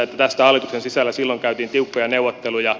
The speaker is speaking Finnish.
tästä hallituksen sisällä silloin käytiin tiukkoja neuvotteluja